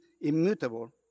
immutable